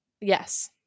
Yes